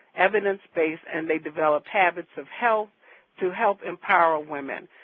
evidence based, and they develop habits of health to help empower women.